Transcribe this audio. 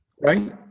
right